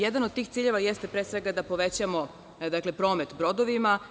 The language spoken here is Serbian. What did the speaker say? Jedan od tih ciljeva jeste pre svega da povećamo promet brodovima.